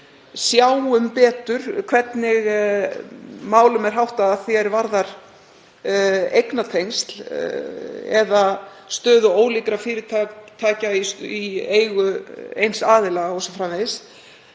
sjáum betur hvernig málum er háttað að því er varðar eignatengsl eða stöðu ólíkra fyrirtækja í eigu eins aðila o.s.frv..